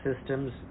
systems